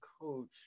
coach